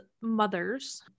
mothers